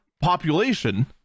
population